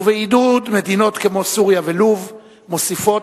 ובעידוד מדינות כמו סוריה ולוב הן מוסיפות